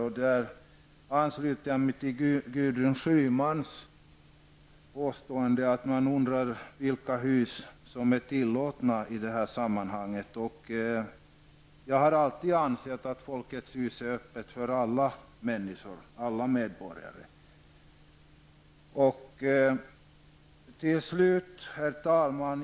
Jag ansluter mig till Gudrun Schymans påpekande att man undrar vilka hus som är tillåtna i det här sammanhanget. Jag har alltid ansett att Folkets Hus är öppet för alla människor, alla medborgare. Herr talman!